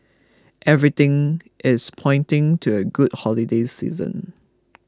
everything is pointing to a good holiday season